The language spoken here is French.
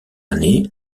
année